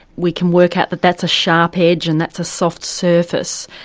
we can work out that that's a sharp edge and that's a soft surface.